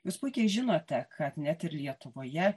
jūs puikiai žinote kad net ir lietuvoje